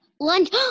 lunch